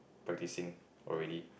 practising already